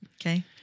Okay